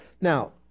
Now